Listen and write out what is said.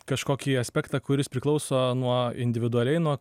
kažkokį aspektą kuris priklauso nuo individualiai nuo